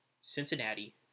Cincinnati